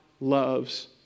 loves